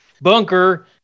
bunker